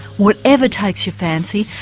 whatever takes your fancy.